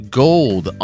gold